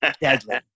deadly